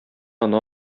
аны